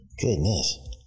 goodness